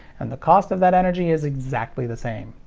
and the cost of that energy is exactly the same.